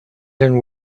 and